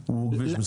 הוא כביש מסוכן?